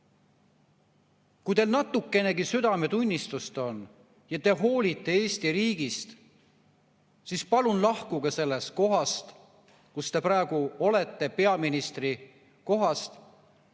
Kui teil on natukenegi südametunnistust ja te hoolite Eesti riigist, siis palun lahkuge sellelt kohalt, kus te praegu olete, peaministrikohalt.